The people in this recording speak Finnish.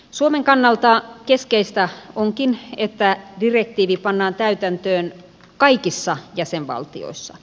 suomen kannalta keskeistä onkin että direktiivi pannaan täytäntöön kaikissa jäsenvaltioissa